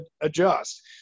adjust